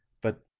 but,